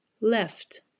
left